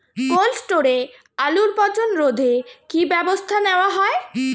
Cold স্টোরে আলুর পচন রোধে কি ব্যবস্থা নেওয়া হয়?